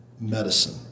medicine